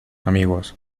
amigos